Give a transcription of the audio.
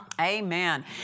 Amen